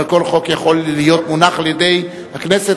אבל כל חוק יכול להיות מונח על-ידי הכנסת.